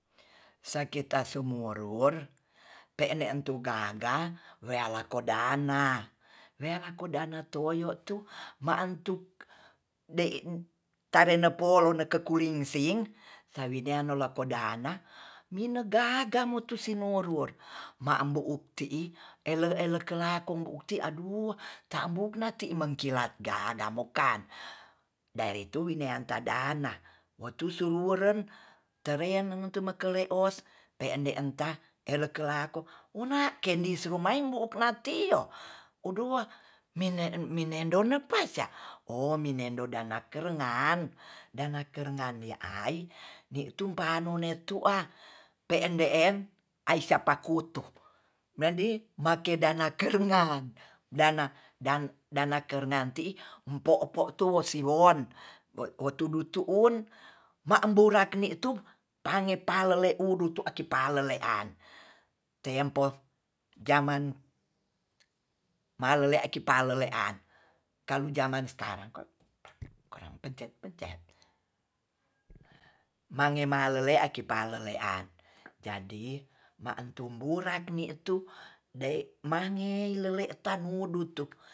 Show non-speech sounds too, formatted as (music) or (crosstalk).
Sakita semuor-ruor pe'en ne'en sakita semuruor pe'en ne'en tu gagawelako dana werako dana toyo tu mantuk de tarenapolo neke kurinsing sawi lako dana mine gaga mutusin ruor-ruor mambo uti'i ele-ele kelakong uti aduh tambu na ti mengkilat gaga mokan dari tu nea ta dana wotusuwolen terean ngengetu makele os pe'nde entah erekelako wona kendis rumaing buup nati o odo minedona passa ominedo danaker ngan dana kerngan ni ai ni tumpa none tua pe'en de'en asiapakutu medi makedana keringanan dana-dan-dana kerngan ti'i empo-empo tuo siwon wo tudu tu un mabura ni tu pane palele udutu aki palelean tempo jaman malele ki palelean kalau jaman sekarang (unintelligible) mangemalele kipalelean jadi maentu burat ni tu de mange leile tadudutuk